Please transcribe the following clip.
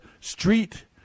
street